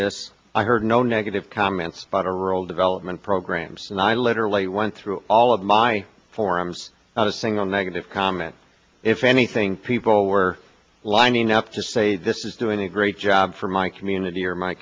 this i heard no negative comments about a rural development programs and i literally went through all of my forums not a single negative comment if anything people were lining up to say this is doing a great job for my community or my